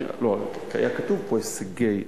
היה כתוב פה, הישגי התלמידים,